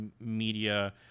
media